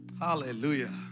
Hallelujah